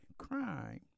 crime